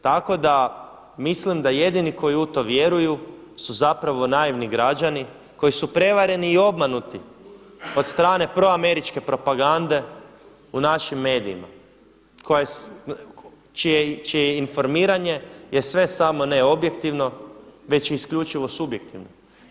Tako da mislim da jedini koji u to vjeruju su zapravo naivni građani koji su prevareni i obmanuti od strane proameričke propagande u našim medijima čije informiranje je sve samo ne objektivno već isključivo subjektivno.